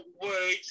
words